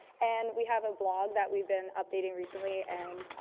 and we have a blog that we've been updating recently, and,